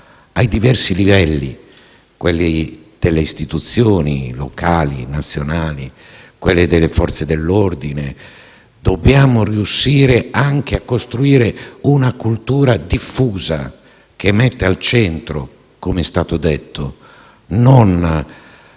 ai diversi livelli; sia quello delle istituzioni, locali e nazionali, che quello delle Forze dell'ordine. Dobbiamo riuscire anche a costruire una cultura diffusa che non metta al centro - come è già stato detto -